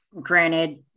granted